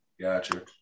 Gotcha